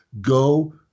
Go